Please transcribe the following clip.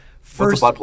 first